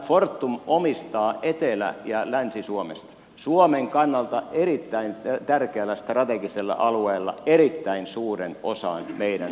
nyt tämä fortum omistaa etelä ja länsi suomessa suomen kannalta erittäin tärkeällä strategisella alueella erittäin suuren osan meidän siirtoverkoista